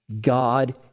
God